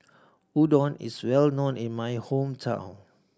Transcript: udon is well known in my hometown